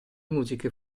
musiche